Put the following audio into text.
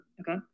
Okay